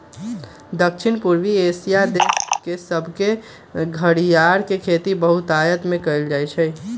दक्षिण पूर्वी एशिया देश सभमें घरियार के खेती बहुतायत में कएल जाइ छइ